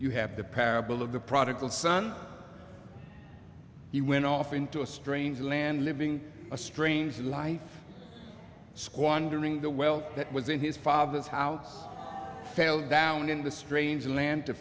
you have the parable of the product the son you went off into a strange land living a strange life squandering the well that was in his father's house fell down in the strange land